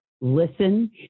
listen